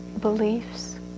beliefs